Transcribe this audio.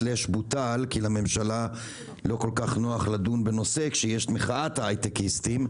בוטל כי לממשלה לא כל כך נוח לדון בנושא כשיש מחאת הייטקיסטים.